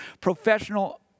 professional